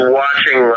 watching